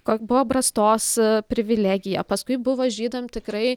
kok buvo brastos privilegija paskui buvo žydam tikrai